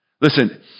Listen